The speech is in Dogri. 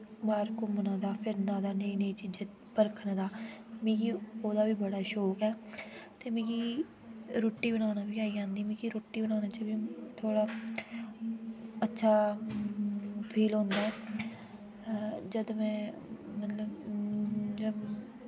बाह्र घुम्मने दा फिरने दा नेही नेही चीजां परखन दा मिगी ओह्दा बी बड़ा शौक ऐ ते मिगी रुट्टी बनाना बी आई जन्दी मिगी रुट्टी बनाने च बी थोह्ड़ा अच्छा फील होंदा ऐ जदूं में मतलब जदूं बी